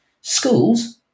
Schools